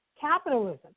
capitalism